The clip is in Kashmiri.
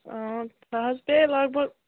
سُہ حظ پیٚیہِ لگ بگ